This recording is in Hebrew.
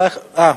כן.